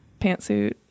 pantsuit